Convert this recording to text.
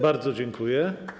Bardzo dziękuję.